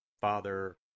Father